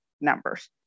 numbers